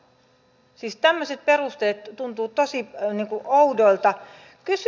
siis tämmöiset perusteet tuntuvat tosi oudoilta